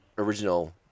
original